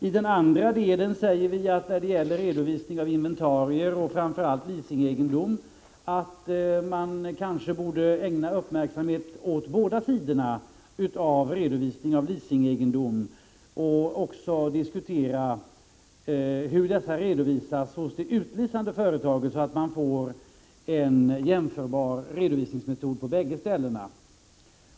I den andra delen, som gäller redovisning av inventarier och framför allt leasingegendom, säger vi att man kanske borde ägna uppmärksamhet åt båda sidorna av redovisning av leasingegendom och också diskutera redovisningen från det utleasande företaget, så att man får en jämförbar redovisningsmetod på bägge ställena.